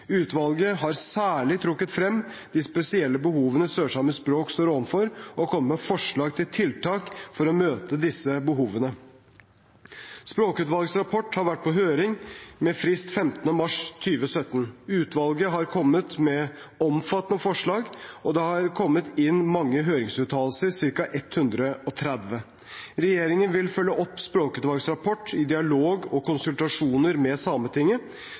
Utvalget har særlig trukket frem de spesielle behovene sørsamisk språk står overfor, og har kommet med forslag til tiltak for å møte disse behovene. Språkutvalgets rapport har vært på høring med frist 15. mars 2017. Utvalget har kommet med omfattende forslag, og det har kommet inn mange høringsuttalelser – ca. 130. Regjeringen vil følge opp språkutvalgets rapport i dialog og konsultasjoner med sametinget.